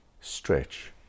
stretch